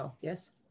yes